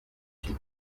une